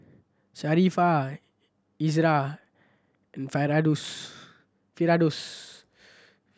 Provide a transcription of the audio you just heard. Sharifah Izzara and Firdaus